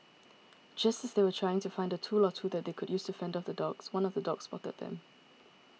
just as they were trying to find a tool or two that they could use to fend off the dogs one of the dogs spotted them